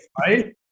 right